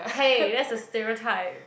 !hey! that's a stereotype